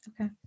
okay